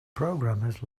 programmers